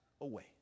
away